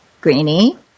greeny